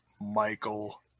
Michael